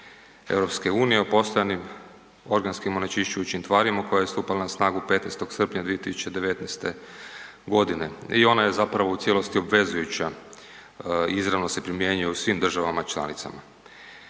Uredbom EU o postojanim organskim onečišćujućim tvarima koje je nastupila na snagu 15.srpnja 2019.godine i ona je zapravo u cijelosti obvezujuća i izravno se primjenjuje u svim državama članicama.